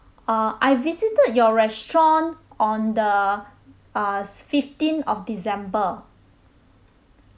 uh I visited your restaurant on the uh fifteen of december